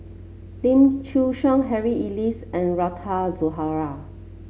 Lim Chin Siong Harry Elias and Rita Zahara